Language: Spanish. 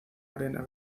arena